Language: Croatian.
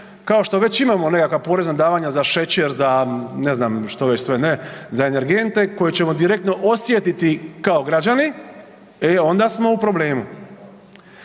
kao što već imamo nekakva porezna davanja za šećer za ne znam što već sve ne, za energente koje ćemo direktno osjetiti kao građani, e onda smo u problemu.